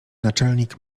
naczelnik